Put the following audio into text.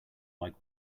like